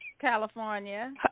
California